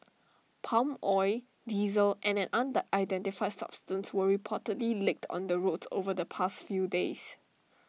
palm oil diesel and an unidentified substance were reportedly leaked on the roads over the past few days